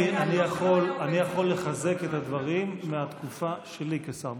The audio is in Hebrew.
אני יכול לחזק את הדברים מהתקופה שלי כשר משפטים.